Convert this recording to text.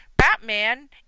Batman